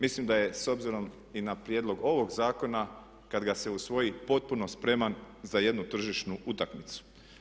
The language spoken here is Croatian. Mislim da je s obzirom i na prijedlog ovog zakona kad ga se usvoji potpuno spreman za jednu tržišnu utakmicu.